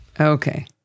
Okay